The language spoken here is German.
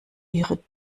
ihre